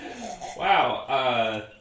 Wow